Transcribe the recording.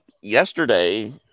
yesterday